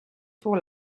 pour